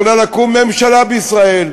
יכולה לקום ממשלה בישראל,